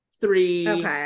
three